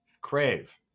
Crave